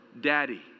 Daddy